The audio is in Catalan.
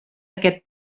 aquest